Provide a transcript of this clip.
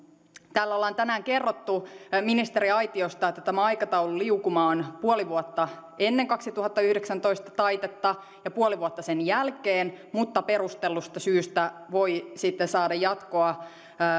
täällä ollaan tänään kerrottu ministeriaitiosta että tämä aikataululiukuma on puoli vuotta ennen vuoden kaksituhattayhdeksäntoista taitetta ja puoli vuotta sen jälkeen mutta perustellusta syystä voi sitten saada jatkoa